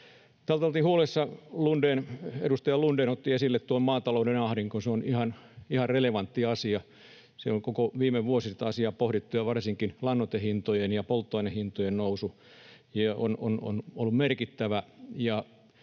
oltiin huolissaan, edustaja Lundén otti esille maatalouden ahdingon. Se on ihan relevantti asia. Siellä on koko viime vuosi sitä asiaa pohdittu, ja varsinkin lannoitehintojen ja polttoainehintojen nousu on ollut merkittävä.